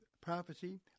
prophecy